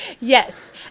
yes